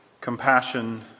compassion